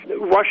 Russia